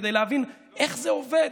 כדי להבין איך זה עובד,